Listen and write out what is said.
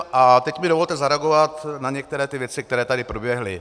A teď mi dovolte zareagovat na některé ty věci, které tady proběhly.